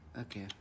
Okay